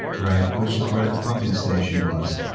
right, which is where the pumping station was,